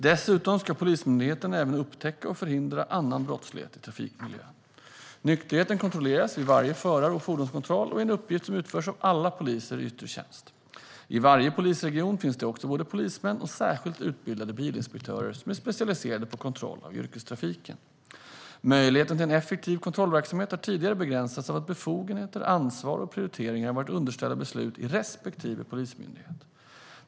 Dessutom ska Polismyndigheten även upptäcka och förhindra annan brottslighet i trafikmiljön. Nykterhet kontrolleras vid varje förar och fordonskontroll och är en uppgift som utförs av alla poliser i yttre tjänst. I varje polisregion finns det också både polismän och särskilt utbildade bilinspektörer som är specialiserade på kontroll av yrkestrafiken. Möjligheten till effektiv kontrollverksamhet har tidigare begränsats av att befogenheter, ansvar och prioriteringar varit underställda beslut i respektive polismyndighet.